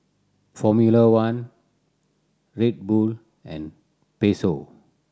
Formula One Red Bull and Pezzo